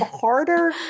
harder